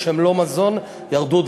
הם לא במשחק שלנו.